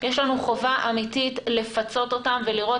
יש לנו חובה אמיתית לפצות אותם ולראות